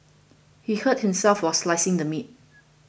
he hurt himself while slicing the meat